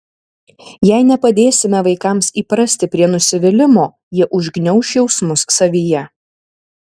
jei nepadėsime vaikams įprasti prie nusivylimo jie užgniauš jausmus savyje